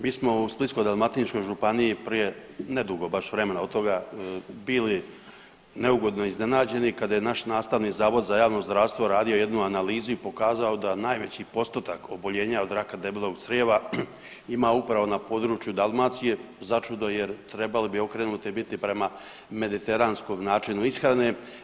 Mi smo u Splitsko-dalmatinskoj županiji prije, nedugo baš vremena od toga bili neugodno iznenađeni kada je naš Nastavni zavod za javno zdravstvo radio jednu analizu i pokazao da najveći postotak oboljenja od raka debelog crijeva ima upravo na području Dalmacije za čudo jer trebale bi okrenute biti prema mediteranskom načinu ishrane.